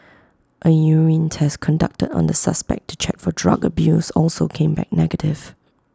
A urine test conducted on the suspect to check for drug abuse also came back negative